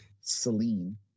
Celine